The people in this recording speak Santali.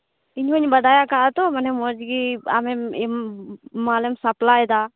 ᱤᱧᱦᱚᱸᱧ ᱵᱟᱰᱟᱭ ᱟᱠᱟᱫᱼᱟ ᱛᱚ ᱢᱚᱡᱽᱜᱮ ᱟᱢᱮᱢ ᱢᱟᱞᱮᱢ ᱥᱟᱯᱞᱟᱭ ᱮᱫᱟ